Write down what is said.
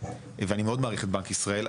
ואני מאוד מעריך את בנק ישראל,